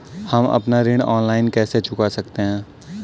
हम अपना ऋण ऑनलाइन कैसे चुका सकते हैं?